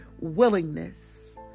willingness